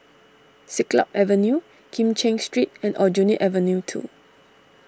Siglap Avenue Kim Cheng Street and Aljunied Avenue two